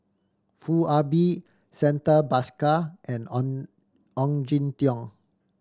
Foo Ah Bee Santha Bhaskar and Ong Ong Jin Teong